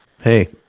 Hey